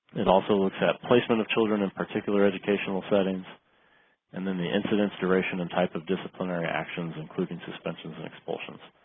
it also looks at placement of children in particular educational settings and then the incidence duration and type of disciplinary actions including suspensions and expulsions.